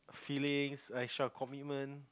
feelings extra commitment